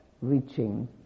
reaching